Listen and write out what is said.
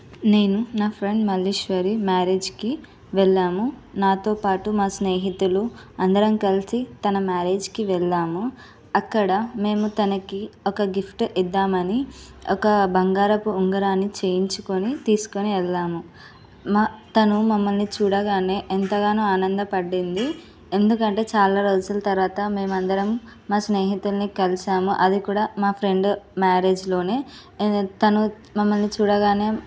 నేను నా ఫ్రెండ్ మల్లీశ్వరి మ్యారేజ్కి వెళ్ళాము నాతో పాటు మా స్నేహితులు అందరం కలిసి తన మ్యారేజ్కి వెళ్ళాము అక్కడ మేము తనకి ఒక గిఫ్ట్ ఇద్దామని ఒక బంగారపు ఉంగరాన్ని చేయించుకొని తీసుకొని వెళ్ళాము తను మమ్మల్ని చూడగానే ఎంతగానో ఆనందపడింది ఎందుకంటే చాలా రోజుల తర్వాత మేమందరం మా స్నేహితులని కలిసాము అది కూడా మా ఫ్రెండ్ మ్యారేజ్లోనే తను మమ్మల్ని చూడగానే